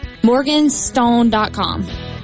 Morganstone.com